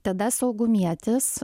tada saugumietis